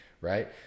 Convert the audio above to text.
right